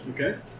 Okay